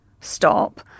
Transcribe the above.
stop